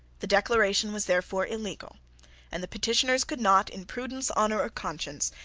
the declaration was therefore illegal and the petitioners could not, in prudence, honour, or conscience,